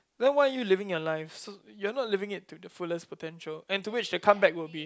then why are you living your life so you are not living it to the fullest potential and to which the comeback will be